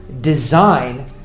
design